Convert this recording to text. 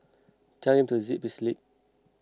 tell him to zip his lip